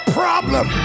problem